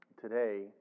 Today